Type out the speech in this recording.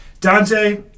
Dante